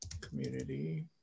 Community